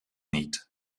niet